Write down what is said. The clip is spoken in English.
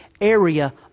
area